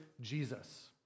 Jesus